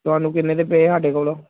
ਤੁਹਾਨੂੰ ਕਿੰਨੇ ਦੇ ਪਏ ਸਾਡੇ ਕੋਲੋਂ